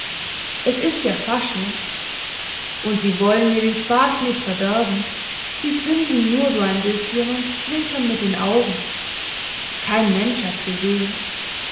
es ist ja fasching und sie wollen mir den spaß nicht verderben sie grinsen nur so ein bißchen und zwinkern mit den augen kein mensch hats gesehen